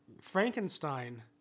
Frankenstein